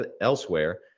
elsewhere